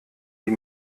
die